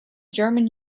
german